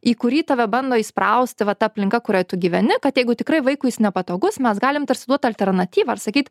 į kurį tave bando įsprausti va ta aplinka kurioj tu gyveni kad jeigu tikrai vaikui jis nepatogus mes galim tarsi duot alternatyvą ar sakyt